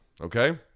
okay